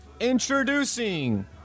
introducing